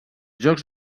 jocs